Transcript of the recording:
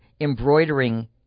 embroidering